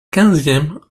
quinzième